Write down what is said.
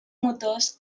motors